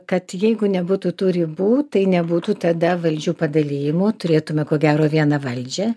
kad jeigu nebūtų tų ribų tai nebūtų tada valdžių padalijimų turėtume ko gero vieną valdžią